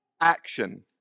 Action